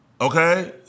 okay